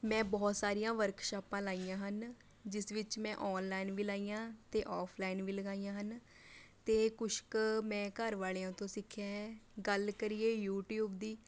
ਮੈਂ ਬਹੁਤ ਸਾਰੀਆਂ ਵਰਕਸ਼ਾਪਾਂ ਲਾਈਆਂ ਹਨ ਜਿਸ ਵਿੱਚ ਮੈਂ ਔਨਲਾਈਨ ਵੀ ਲਾਈਆਂ ਅਤੇ ਔਫਲਾਈਨ ਵੀ ਲਗਾਈਆਂ ਹਨ ਅਤੇ ਕੁਛ ਕੁ ਮੈਂ ਘਰ ਵਾਲਿਆਂ ਤੋਂ ਸਿੱਖਿਆ ਹੈ ਗੱਲ ਕਰੀਏ ਯੂਟਿਊਬ ਦੀ